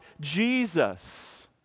Jesus